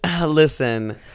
listen